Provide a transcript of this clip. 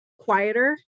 quieter